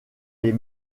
les